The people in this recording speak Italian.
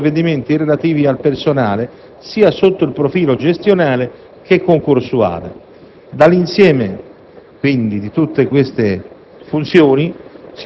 adotta tutti i provvedimenti relativi al personale, sia sotto il profilo gestionale sia concorsuale.